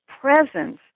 presence